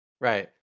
Right